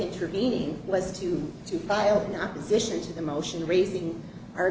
intervening was to to file an opposition to the motion raising our